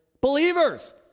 Believers